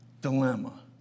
dilemma